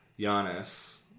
Giannis